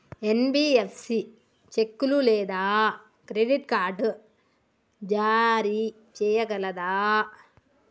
NBFC చెక్కులు లేదా credit card జారీ చేయగలదా?